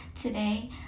today